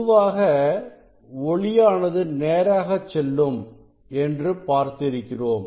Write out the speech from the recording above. பொதுவாக ஒளியானது நேராகச் செல்லும் என்று பார்த்திருக்கிறோம்